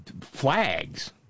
flags